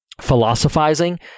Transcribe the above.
philosophizing